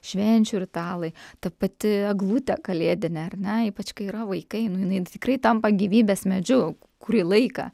švenčių ritualai ta pati eglutė kalėdinė ar ne ypač kai yra vaikai nu jinai tikrai tampa gyvybės medžiu kurį laiką